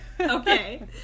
Okay